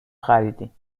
خریدیم